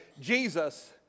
Jesus